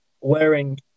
wearing